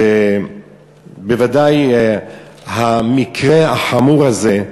שבוודאי המקרה החמור הזה,